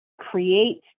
create